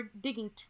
digging